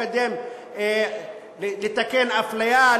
במקום לתקן אפליה,